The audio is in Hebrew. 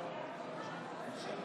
הציונות